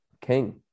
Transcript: king